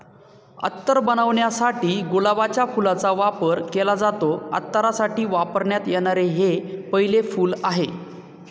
अत्तर बनवण्यासाठी गुलाबाच्या फुलाचा वापर केला जातो, अत्तरासाठी वापरण्यात येणारे हे पहिले फूल आहे